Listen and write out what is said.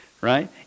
Right